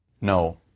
No